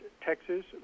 texas